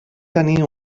tenir